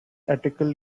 article